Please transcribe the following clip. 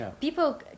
People